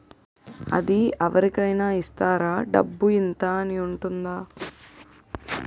అది అవరి కేనా ఇస్తారా? డబ్బు ఇంత అని ఉంటుందా?